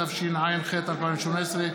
התשע"ח 2018,